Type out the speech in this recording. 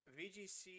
VGC